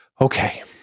Okay